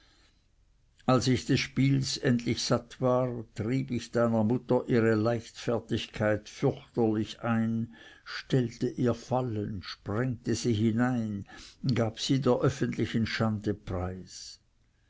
als ich des spiels endlich satt war trieb ich deiner mutter ihre leichtfertigkeit fürchterlich ein stellte ihr fallen sprengte sie hinein gab sie der öffentlichen schande preis